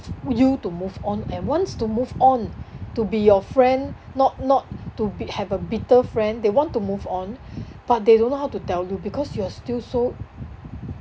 you to move on and wants to move on to be your friend not not to bi~ have a bitter friend they want to move on but they don't know how to tell you because you're still so